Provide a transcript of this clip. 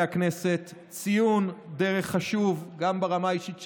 הכנסת ציון דרך חשוב גם ברמה האישית שלי,